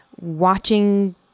watching